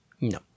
No